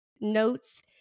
notes